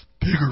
bigger